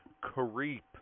Creep